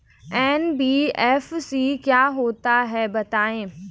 NBFC क्या होता है बताएँ?